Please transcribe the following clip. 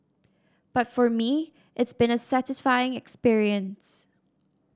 but for me it's been a satisfying experience